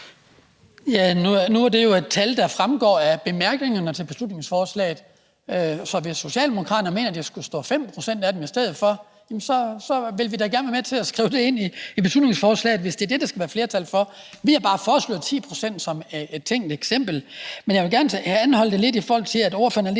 Skibby (DF): Nu er det jo et tal, der fremgår af bemærkningerne til beslutningsforslaget, så hvis Socialdemokraterne mener, at der skal stå 5 pct. i stedet for, så vil vi da gerne være med til at skrive det ind i beslutningsforslaget, hvis det er det, der gør, at vi kan få flertal for det. Vi har bare foreslået 10 pct. som et tænkt eksempel. Men jeg vil gerne anholde det, ordføreren er inde